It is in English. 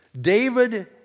David